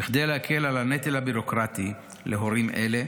כדי להקל את הנטל הביורוקרטי על הורים אלה,